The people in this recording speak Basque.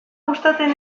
gustatzen